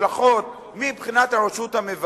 ההשלכות של דבר החקיקה על הרשות המבצעת,